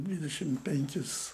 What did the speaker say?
dvidešimt penkis